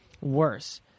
worse